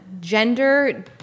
gender